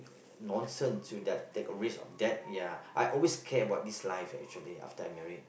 nonsense with that the risk of debt I always care about this life after I married